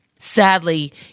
Sadly